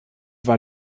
war